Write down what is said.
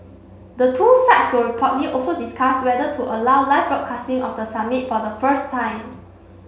the two sides will reportedly also discuss whether to allow live broadcasting of the summit for the first time